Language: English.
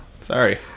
Sorry